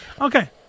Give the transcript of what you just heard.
Okay